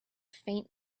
faint